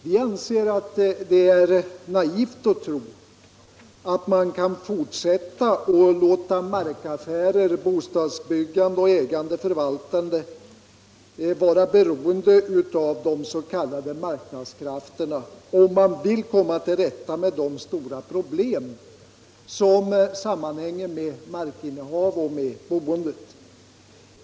Vi tycker det är naivt att tro, att man kan fortsätta att låta markaffärer, bostadsbyggande och förvaltande vara beroende av de s.k. marknadskrafterna, om man verkligen vill komma till rätta med de stora problem som sammanhänger med markinnehav och boende.